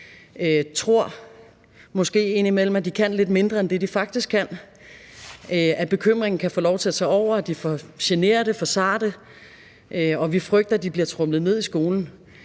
tror måske indimellem, at de kan lidt mindre end det, de faktisk kan – for at bekymringen kan få lov til at tage over; for at de er for generte, for sarte; og vi frygter, at de bliver tromlet ned i skolen.